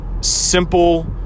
simple